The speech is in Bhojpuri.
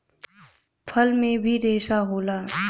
फल में भी रेसा होला